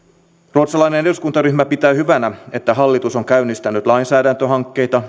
ruotsalainen eduskuntaryhmä pitää hyvänä että hallitus on käynnistänyt lainsäädäntöhankkeita